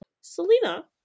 Selena